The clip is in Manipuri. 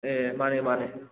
ꯑꯦ ꯃꯥꯅꯦ ꯃꯥꯅꯦ